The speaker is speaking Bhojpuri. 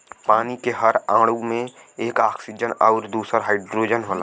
पानी के हर अणु में एक ऑक्सीजन आउर दूसर हाईड्रोजन होला